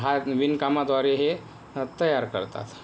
हा विणकामाद्वारे हे तयार करतात